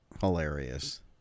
hilarious